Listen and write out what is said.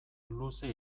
luze